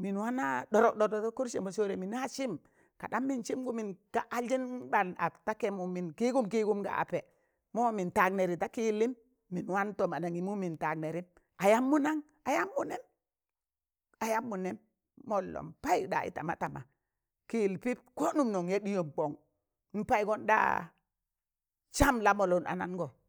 mịn wanan ɗọdọk ɗọdọk da kọrse, mọ sọọre mịnị wọ sịm kanɗam mịn sịmgụ mịn halzịn ɓan ap ta kemụ mịn kịịgụm kịịgụm ka ape, mọ mịn tag nerị ta kị yịllịm mịn wan tọm anangịmụ mịn tag nerịm ayammụ nang? ayammụ nem. Ayammu nem. mọllọ n payuk ɗayị tama tama, kị yịl pịp ko nụm nọn ya ɗịyọm kọn, n paịgọn ɗaa sam lamọlụn anango